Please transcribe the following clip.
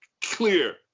clear